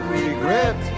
regret